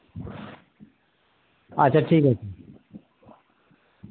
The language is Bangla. আচ্ছা ঠিক আছে